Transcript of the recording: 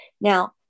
Now